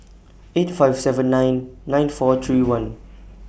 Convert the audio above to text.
eight five seven nine nine four three one